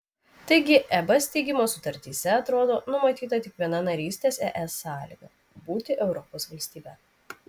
taigi eb steigimo sutartyse atrodo numatyta tik viena narystės es sąlyga būti europos valstybe